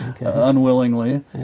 unwillingly